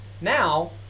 now